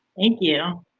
thank you.